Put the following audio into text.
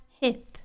hip